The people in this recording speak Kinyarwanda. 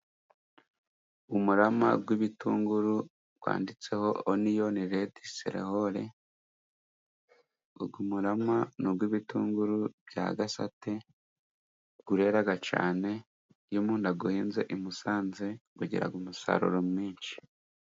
Umurama w'ibitunguru wanditseho oniyoni redi sehore, umurama ni uw'ibitunguru bya Gasate urera cyane iyo umuntu awuhinze i Musanze ugira umusaruro mwinshi.